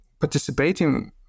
participating